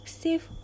safe